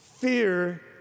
fear